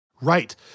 Right